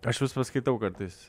aš vis paskaitau kartais